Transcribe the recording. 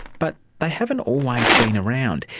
but they haven't always been around.